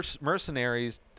mercenaries